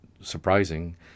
surprising